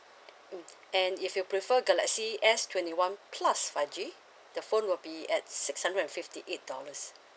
mm and if you prefer galaxy S twenty one plus five G the phone will be at six hundred and fifty eight dollars